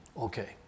okay